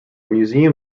museum